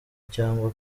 cyangwa